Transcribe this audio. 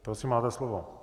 Prosím, máte slovo.